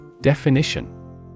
Definition